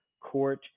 court